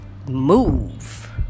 move